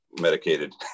medicated